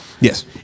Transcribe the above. Yes